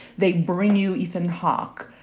they bring you ethan hawke.